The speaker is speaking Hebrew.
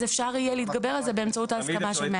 אפשר יהיה להתגבר על זה באמצעות ההסכמה של 100 אחוזים.